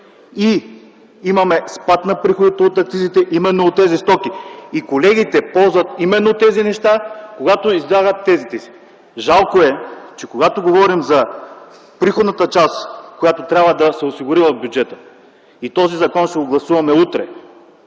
и имаме спад на приходите от акцизите именно от тези стоки. Колегите ползват именно тези неща, когато излагат тезите си. Жалко е, че когато говорим за приходната част, която трябва да се осигури в бюджета – този закон ще го гласуваме утре,